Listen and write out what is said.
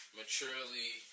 maturely